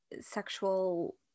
sexual